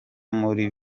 muri